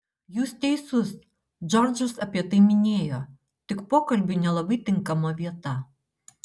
jūs teisus džordžas apie tai minėjo tik pokalbiui nelabai tinkama vieta